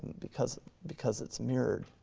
because because it's mirrored.